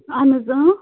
اَہَن حظ